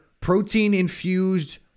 Protein-infused